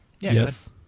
Yes